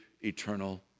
eternal